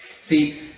See